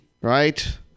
Right